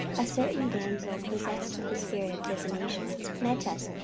a certain damsel possessed with a spirit of divination met us,